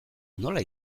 nola